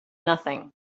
nothing